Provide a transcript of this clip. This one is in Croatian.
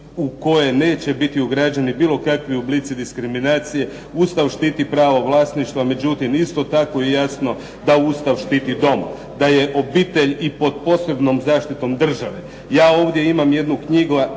u koje neće biti ugrađeni bilo kakvi oblici diskriminacije. Ustav štiti pravo vlasništva, međutim isto tako je jasno da Ustav štiti dom, da je obitelj i pod posebnom zaštitom države. Ja ovdje imam jednu knjigu